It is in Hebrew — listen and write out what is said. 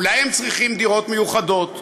אולי הם צריכים דירות מיוחדות,